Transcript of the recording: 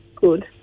good